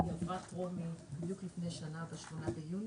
עברה טרומית בדיוק לפני שנה ושמונה חודשים.